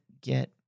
get